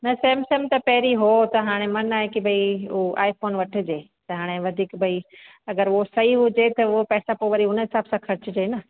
न सैमसंग त पहिरीं हो त हाणे मन आहे की भई ओ आई फ़ोन वठिजे त हाणे वधीक भई अगरि उहो सही हुजे त उहो पैसा पोइ वरी उन हिसाब सां ख़र्चजे न